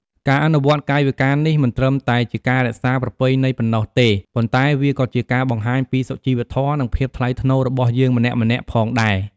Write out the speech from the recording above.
ការអនុវត្តកាយវិការនេះ មិនត្រឹមតែជាការរក្សាប្រពៃណីប៉ុណ្ណោះទេ ប៉ុន្តែវាក៏ជាការបង្ហាញពីសុជីវធម៌ និងភាពថ្លៃថ្នូររបស់យើងម្នាក់ៗផងដែរ។